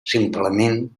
simplement